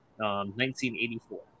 1984